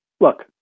Look